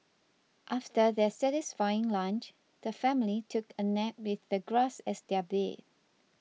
after their satisfying lunch the family took a nap with the grass as their bed